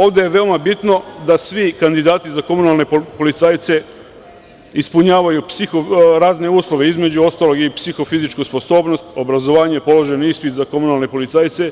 Ovde je veoma bitno da svi kandidati za komunalne policajce ispunjavaju razne uslove, između ostalog i psihofizičku sposobnost, obrazovanje, položen ispit za komunalne policajce,